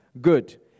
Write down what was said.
good